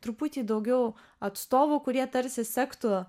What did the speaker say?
truputį daugiau atstovų kurie tarsi sektų